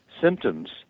symptoms